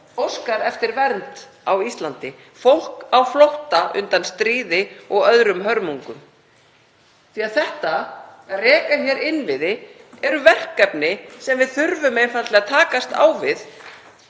óskar eftir vernd á Íslandi, fólk á flótta undan stríði og öðrum hörmungum, því að það að reka hér innviði er verkefni sem við þurfum einfaldlega að takast á við.